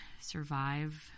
survive